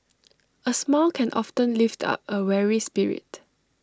A smile can often lift up A weary spirit